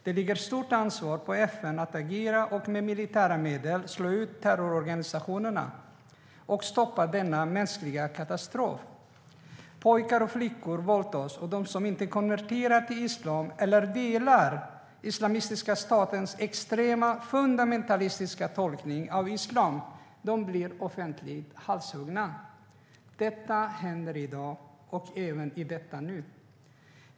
Det ligger ett stort ansvar på FN att agera och att med militära medel slå ut terrororganisationerna och stoppa denna mänskliga katastrof. Pojkar och flickor våldtas, och de som inte konverterar till islam eller delar Islamiska statens extrema fundamentalistiska tolkning av islam blir offentligt halshuggna. Detta händer i dag och även i detta nu.